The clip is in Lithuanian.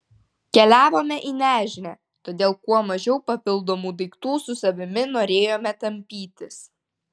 keliavome į nežinią todėl kuo mažiau papildomų daiktų su savimi norėjome tampytis